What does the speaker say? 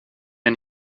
mir